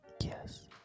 Yes